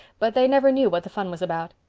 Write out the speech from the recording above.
but they never knew what the fun was about.